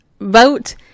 vote